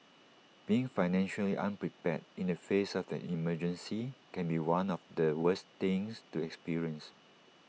being financially unprepared in the face of an emergency can be one of the worst things to experience